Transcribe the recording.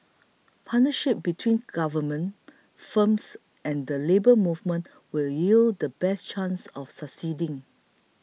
partnership between government firms and the Labour Movement will yield the best chance of succeeding